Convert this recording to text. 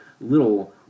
little